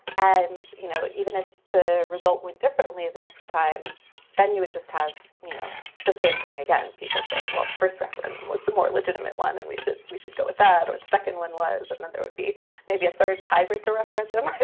and you know even if the result went differently the next time than you would just have you know the same thing again people saying well the first referendum was the more legitimate one and we should we should go with that or the second one was that then there would be maybe a third tiebreaker referendum